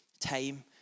time